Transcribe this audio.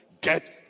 Get